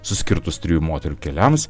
susikirtus trijų moterų keliams